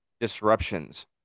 disruptions